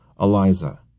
Eliza